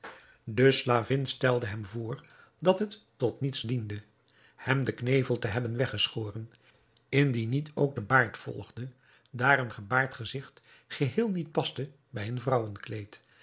de slavin stelde hem voor dat het tot niets diende hem den knevel te hebben weggeschoren indien niet ook de baard volgde daar een gebaard gezigt geheel niet paste bij een